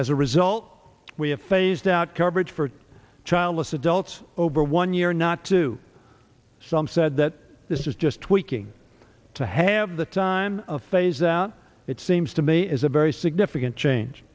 as a result we have phased out coverage for childless adults over one year not to some said that this is just tweaking to have the time of phase that it seems to me is a very significant change